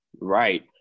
Right